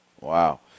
Wow